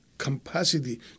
Capacity